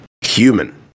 human